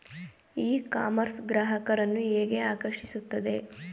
E commerce ಗ್ರಾಹಕರನ್ನು ಹೇಗೆ ಆಕರ್ಷಿಸುತ್ತದೆ?